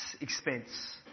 expense